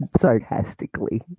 sarcastically